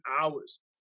hours